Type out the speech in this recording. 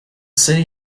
city